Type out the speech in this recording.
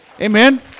Amen